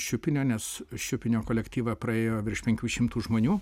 šiupinio nes šiupinio kolektyvą praėjo virš penkių šimtų žmonių